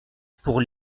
pour